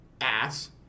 Ass